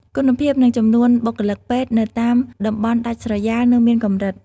គុណភាពនិងចំនួនបុគ្គលិកពេទ្យនៅតាមតំបន់ដាច់ស្រយាលនៅមានកម្រិត។